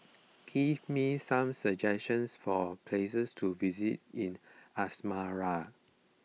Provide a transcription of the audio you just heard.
give me some suggestions for places to visit in Asmara